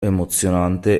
emozionante